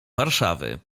warszawy